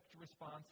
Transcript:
response